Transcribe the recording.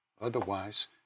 Otherwise